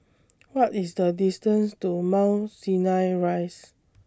What IS The distance to Mount Sinai Rise